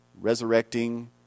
resurrecting